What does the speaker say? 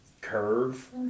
curve